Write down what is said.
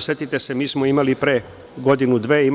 Setite se, imali smo pre godinu, dve